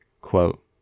Quote